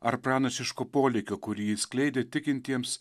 ar pranašiško polėkio kurį jis skleidė tikintiems